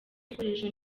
ibikoresho